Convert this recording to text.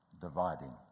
dividing